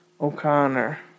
O'Connor